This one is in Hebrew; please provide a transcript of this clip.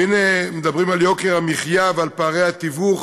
והנה, מדברים על יוקר המחיה ועל פערי התיווך